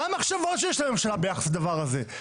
מה המחשבות שיש לממשלה ביחס לדבר הזה?